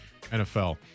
NFL